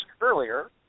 earlier